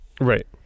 Right